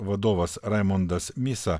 vadovas raimundas misa